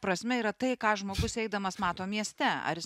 prasme yra tai ką žmogus eidamas mato mieste ar jis